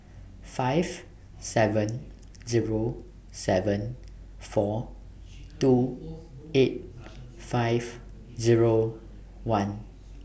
five seven Zero seven four two eight five Zero one